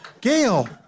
Gail